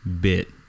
bit